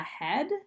ahead